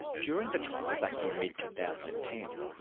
during the trial back in mid two thousand and ten,